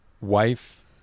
wife